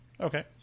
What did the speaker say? Okay